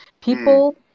People